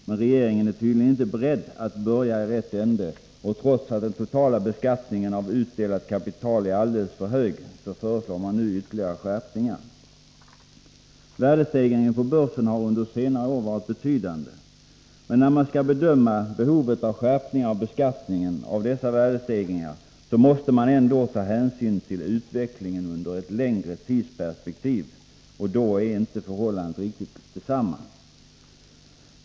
Men regeringen är tydligen inte beredd att börja i rätt ände, och trots att den totala beskattningen av utdelat kapital är alldeles för hög, föreslås nu ytterligare skärpningar. Värdestegringen på börsen har under senare år varit betydande. När man skall bedöma behovet av skärpningar av beskattningen av dessa värdestegringar, måste man ändå ta hänsyn till utvecklingen i ett längre tidsperspektiv, och då är inte förhållandet riktigt detsamma.